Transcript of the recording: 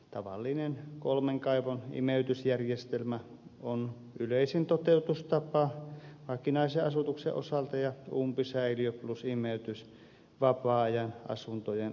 tavallinen kolmen kaivon imeytysjärjestelmä on yleisin toteutustapa vakinaisen asutuksen osalta ja umpisäiliö plus imeytys vapaa ajan asuntojen osalta